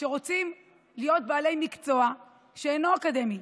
שרוצים להיות בעלי מקצוע שאינו אקדמי.